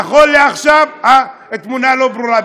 נכון לעכשיו, התמונה לא ברורה.